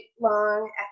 long